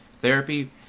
therapy